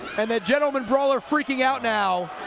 um ah gentleman brawler freaking out now